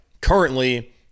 currently